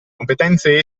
competenze